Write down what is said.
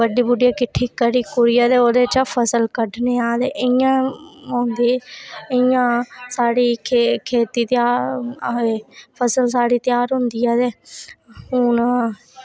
बड्ढी बुड्ढियै किट्ठी करी कुरियै ते ओह्दे चा फसल कड्ढनें आं ते इ'यां होंदी इ'यां साढ़ी खेती त्यार आखदेे फसल साढ़ी त्यार होंदी ऐ ते हून